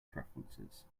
preferences